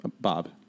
Bob